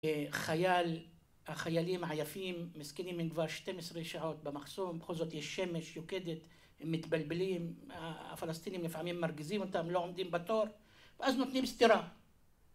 חייל, החיילים עייפים, מסכינים מן כבר 12 שעות במחסום, בכל זאת יש שמש יוקדת, הם מתבלבלים, הפלסטינים לפעמים מרגיזים אותם, לא עומדים בתור, ואז נותנים סתירה.